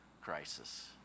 crisis